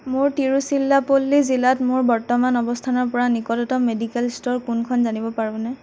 মই তিৰুচিল্লাপল্লী জিলাত মোৰ বৰ্তমান অৱস্থানৰ পৰা নিকটতম মেডিকেল ষ্ট'ৰ কোনখন জানিব পাৰোঁনে